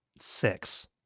six